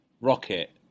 rocket